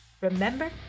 remember